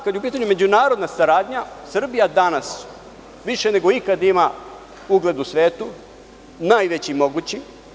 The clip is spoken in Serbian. Kada je u pitanju međunarodna saradnja, Srbija danas više nego ikad ima ugled u svetu, najveći mogući.